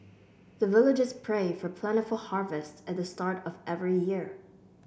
the villagers pray for plentiful harvest at the start of every year